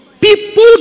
People